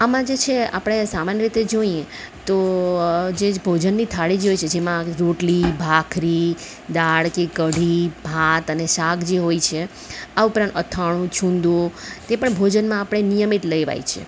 આમાં જે છે આપણે સામાન્ય રીતે જોઈએ તો જે ભોજનની થાળી જે હોય છે જેમાં રોટલી ભાખરી દાળ કે કઢી ભાત અને શાક જે હોય છે આ ઉપરાંત અથાણું છુંદો તે પણ ભોજનમાં આપણે નિયમિત લેવાય છે